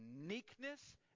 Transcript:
uniqueness